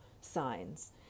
signs